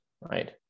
right